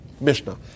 Mishnah